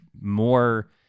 more